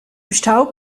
stau